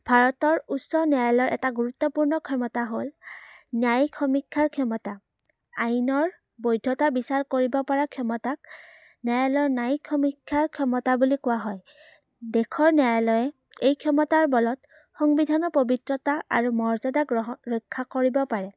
ভাৰতৰ উচ্চ ন্যায়ালয়ৰ এটা গুৰুত্বপূৰ্ণ ক্ষমতা হ'ল ন্যায়িক সমীক্ষাৰ ক্ষমতা আইনৰ বৈধতা বিচাৰ কৰিব পৰা ক্ষমতাক ন্যায়ালয়ৰ নায়িক সমীক্ষাৰ ক্ষমতা বুলি কোৱা হয় দেশৰ ন্যায়ালয়ে এই ক্ষমতাৰ বলত সংবিধানৰ পৱিত্ৰতা আৰু মৰ্যদা গ্ৰহ ৰক্ষা কৰিব পাৰে